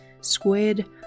squid